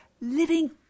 living